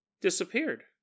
disappeared